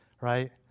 right